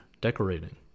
decorating